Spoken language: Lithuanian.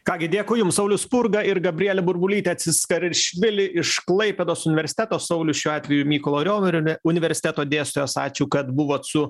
ką gi dėkui jums saulius spurga ir gabrielė burbulytė ciskaršvili iš klaipėdos universiteto saulius šiuo atveju mykolo romerio universiteto dėstytojos ačiū kad buvot su